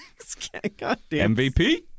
MVP